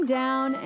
down